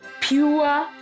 pure